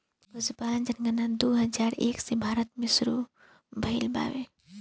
पसुपालन जनगणना दू हजार एक से भारत मे सुरु भइल बावे